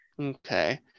Okay